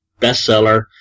bestseller